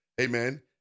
amen